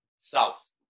south